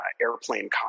airplane